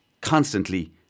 constantly